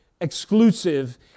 exclusive